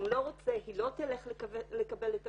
אם הוא לא רוצה היא לא תלך לקבל את הוויזה,